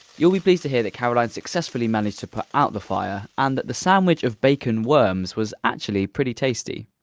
you'll be pleased to hear that caroline successfully managed to put out the fire and that the sandwich of bacon worms was actually pretty tasty.